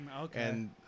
Okay